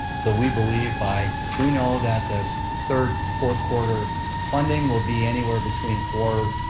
so we believe by, we know that the third, fourth quarter funding will be anywhere between four,